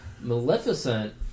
Maleficent